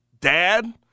dad